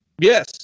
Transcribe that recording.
Yes